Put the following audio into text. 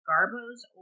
Garbo's